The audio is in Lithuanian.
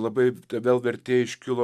labai te vėl vertė iškilo